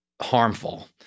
harmful